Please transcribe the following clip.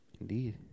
Indeed